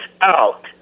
out